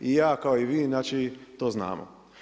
I ja kao i vi, znači to znamo.